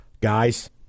guys